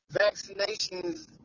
Vaccinations